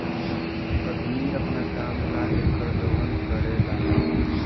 अदमी अपना काम ला एकर दोहन करेला